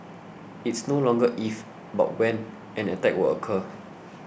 it's no longer if but when an attack would occur